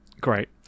Great